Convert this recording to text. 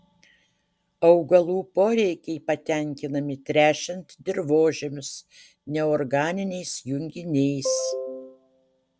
augalų poreikiai patenkinami tręšiant dirvožemius neorganiniais junginiais